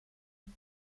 lui